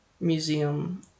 Museum